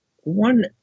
one